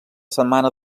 setmana